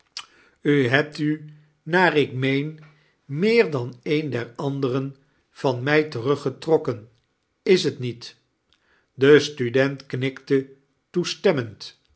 tj hebt u naar ik meen meer dan een der anderen van mij teruggetrokken is t niet i de student knikte toestemmend